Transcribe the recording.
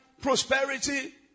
prosperity